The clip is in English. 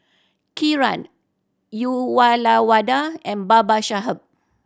Kiran Uyyalawada and Babasaheb